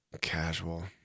casual